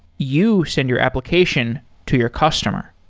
you send your application to your customer